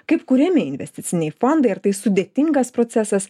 kaip kuriami investiciniai fondai ar tai sudėtingas procesas